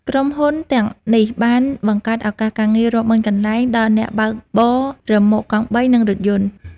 ក្រុមហ៊ុនទាំងនេះបានបង្កើតឱកាសការងាររាប់ម៉ឺនកន្លែងដល់អ្នកបើកបររ៉ឺម៉កកង់បី និងរថយន្ត។